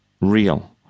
real